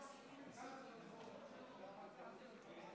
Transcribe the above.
יושב-ראש ישראל ביתנו,